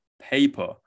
paper